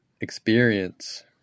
experience